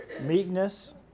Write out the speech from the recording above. meekness